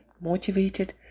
motivated